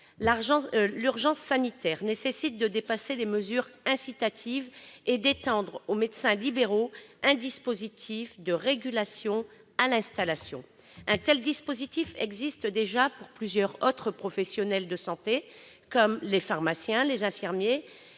l'urgence sanitaire nécessite de dépasser les mesures incitatives et d'étendre aux médecins libéraux un dispositif de régulation à l'installation. Un tel mécanisme existe déjà pour plusieurs autres professionnels de santé comme les pharmaciens, les infirmiers,